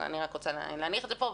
אני רק רוצה להניח את זה פה,